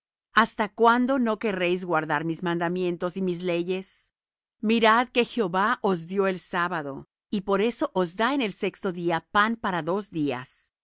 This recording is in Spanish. hasta cuándo no querréis guardar mis mandamientos y mis leyes mirad que jehová os dió el sábado y por eso os da en el sexto día pan para dos días